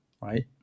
right